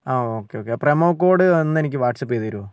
ആ okay okay promo code ഒന്ന് എനിക്ക് വാട്സ്ആപ്പ് ചെയ്തുതരുമോ